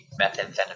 methamphetamine